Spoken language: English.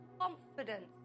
confidence